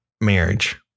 marriage